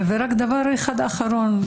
דבר אחד אחרון,